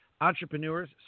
entrepreneurs